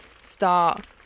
start